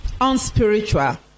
unspiritual